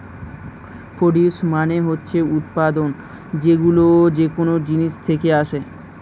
produce মানে হচ্ছে উৎপাদন, যেইগুলো যেকোন জিনিস থেকে আসে